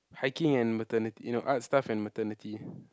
hiking and maternity you know art stuff and maternity